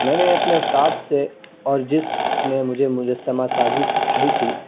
میں نے اپنے استاد سے اور جس نے مجھے مجسمہ سازی سکھائی تھی